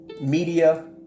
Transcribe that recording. media